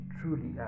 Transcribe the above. truly